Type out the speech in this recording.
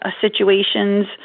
situations